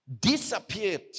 Disappeared